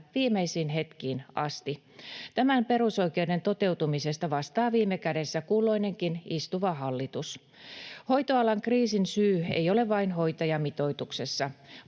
viimeisiin hetkiin asti. Tämän perusoikeuden toteutumisesta vastaa viime kädessä kulloinenkin istuva hallitus. Hoitoalan kriisin syy ei ole vain hoitajamitoituksessa.